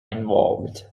involved